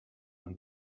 and